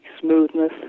smoothness